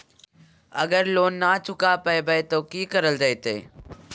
अगर लोन न चुका पैबे तो की करल जयते?